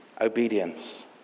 Obedience